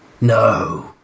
No